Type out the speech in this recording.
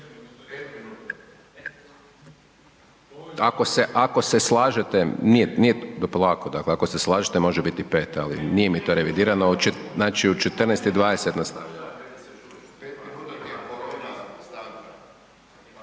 ako se slažete, nije, nije, polako, dakle, ako se slažete, može biti i 5, nije mi to revidirano, znači u 14,20 nastavljamo.